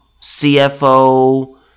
CFO